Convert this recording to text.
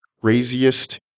craziest